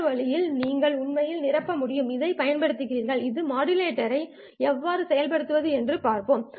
இந்த வழியில் நீங்கள் உண்மையில் நிரப்ப முடியும் இதைப் பயன்படுத்துவதற்கு ஒரு மாடுலேட்டரை எவ்வாறு செயல்படுத்துவது என்று பார்ப்போம்